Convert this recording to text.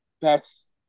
best